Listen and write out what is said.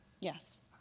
Yes